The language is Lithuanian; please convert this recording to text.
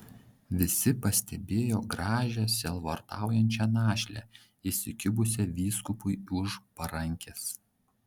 visi pastebėjo gražią sielvartaujančią našlę įsikibusią vyskupui už parankės